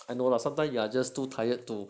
I know lah sometimes you are just too tired to